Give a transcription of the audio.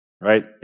right